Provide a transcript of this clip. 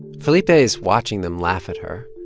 felipe is watching them laugh at her.